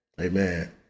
Amen